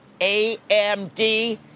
AMD